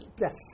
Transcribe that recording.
Yes